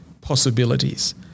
possibilities